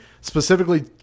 specifically